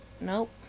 Nope